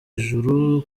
ijuru